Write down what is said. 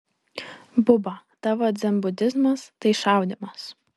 buba tavo dzenbudizmas tai šaudymas